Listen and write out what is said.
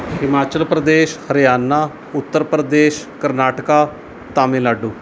Himachal Pradesh Haryana Uttar Pradesh Karnataka Tamil Nadu